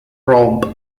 romp